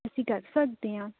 ਅਸੀਂ ਕਰ ਸਕਦੇ ਹਾਂ